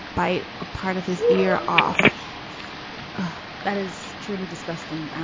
buy a part of his ear off. that is truly disgusting. and